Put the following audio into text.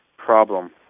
problem